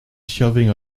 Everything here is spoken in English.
shoving